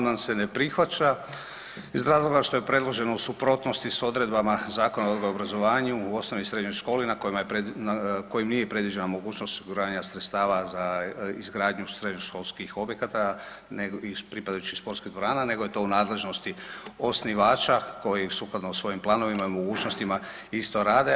Amandman se ne prihvaća iz razloga što je predloženo u suprotnosti s odredbama Zakona o odgoju i obrazovanju u osnovnim i srednjim školama kojim nije predviđena mogućnost osiguranja sredstava za izgradnju srednjoškolskih objekata i pripadajućih sportskih dvorana nego je to u nadležnosti osnivača koji sukladno svojim planovima i mogućnostima isto rad.